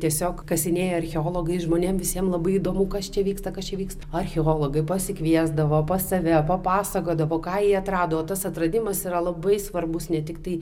tiesiog kasinėja archeologai žmonėm visiem labai įdomu kas čia vyksta kas čia vyksta archeologai pasikviesdavo pas save papasakodavo ką jie atrado tas atradimas yra labai svarbus ne tiktai